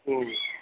ம்